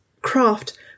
craft